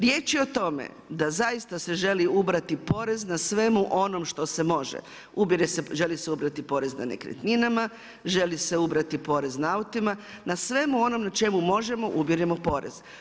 Riječ je o tome da zaista se želi ubrati porez na svemu onom što se može, želi se ubrati porez na nekretninama, želi se ubrati porez na autima, na svemu onome na čemu možemo ubiremo porez.